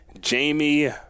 Jamie